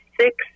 six